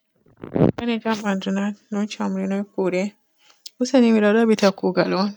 Wayne jam bandu na? Noy comri? Noy kuude? Useni mi ɗo dabbita kuugal on,